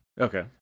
okay